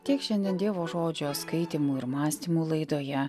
tiek šiandien dievo žodžio skaitymų ir mąstymų laidoje